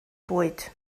bwyd